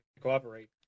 cooperate